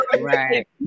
Right